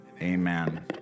amen